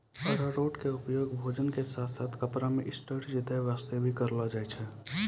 अरारोट के उपयोग भोजन के साथॅ साथॅ कपड़ा मॅ स्टार्च दै वास्तॅ भी करलो जाय छै